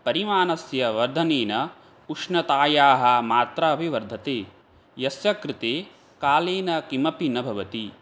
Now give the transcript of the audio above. परिमाणस्य वर्धनेन उष्णतायाः मात्रा अपि वर्धते यस्य कृते कालेन किमपि न भवति